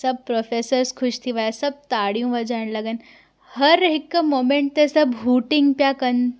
सभु प्रोफेसर्स ख़ुशि थी विया सभु ताड़ियूं वजाइण लॻनि हर हिकु मूमेंट ते सभु हूटिंग पिया कनि सभु